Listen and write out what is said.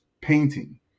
painting